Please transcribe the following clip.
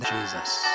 Jesus